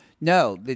No